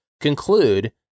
conclude